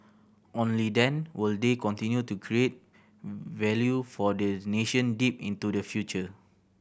only then will they continue to create value for the nation deep into the future